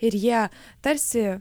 ir jie tarsi